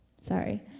sorry